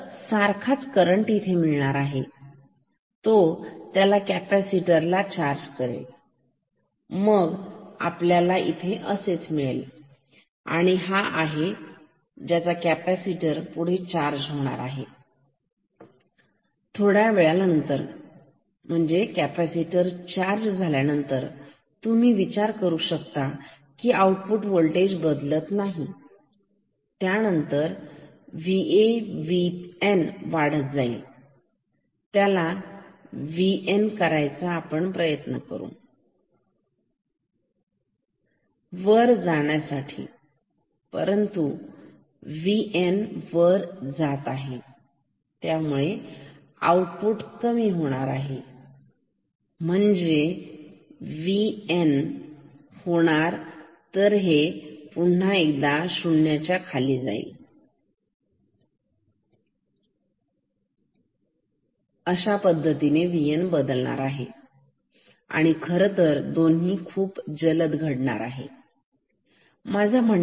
तर सारखाच करंट येथे मिळणार आहे तो त्याच्या कॅपॅसिटरला चार्ज करेल मग आपल्याला इथे असेच मिळेल आणि हा आहे ज्याचा कॅपॅसिटर पुढे चार्ज होत आहे थोड्या वेळानंतर कॅपॅसिटर चार्ज झाल्यानंतर तुम्ही विचार करू शकता आउटपुट होल्टेज Vo बदलत नाही त्यानंतर VA VN वाढत जाईल आता VN प्रयत्न करणार आहे वर जाण्याचा परंतु VN वर जात आहे आणि त्यामुळे आउटपुट कमी होणार आहे म्हणजे VN होणार आहे तर हे पुन्हा एकदा शून्याच्या खाली जाईल तर अशा पद्धतीने VN बदलणार आहे आणि खरंतर दोन्ही खूप जलद इथे घडणार आहेत